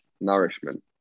nourishment